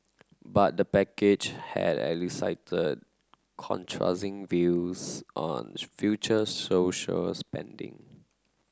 but the package had elicited contrasting views on future social spending